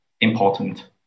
important